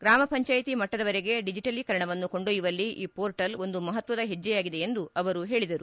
ಗ್ರಮ ಪಂಚಾಯಿತಿ ಮಟ್ಟದವರೆಗೆ ಡಿಜಿಟಲಿ ಕರಣವನ್ನು ಕೊಂಡೊಯ್ಟುವಲ್ಲಿ ಈ ಪೋರ್ಟಲ್ ಒಂದು ಮಹತ್ವದ ಹೆಜ್ಜೆಯಾಗಿದೆ ಎಂದು ಅವರು ಹೇಳಿದರು